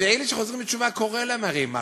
אלה שחוזרים בתשובה, קורה להם משהו.